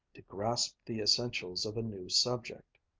to grasp the essentials of a new subject.